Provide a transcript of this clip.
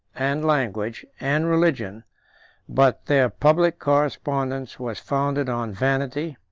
and language, and religion but their public correspondence was founded on vanity,